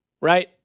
right